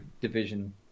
division